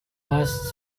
bus